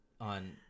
on